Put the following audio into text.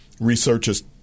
Researchers